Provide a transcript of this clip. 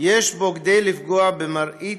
יש בו כדי לפגוע במראית